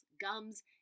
gums